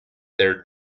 there